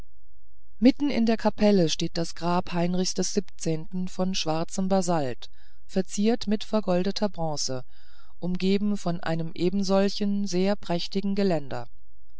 mitten in der kapelle steht das grab heinrichs des siebenten von schwarzem basalt verziert mit vergoldeter bronze umgeben von einem ebensolchen sehr prächtigen geländer